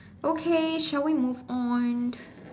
okay shall we move on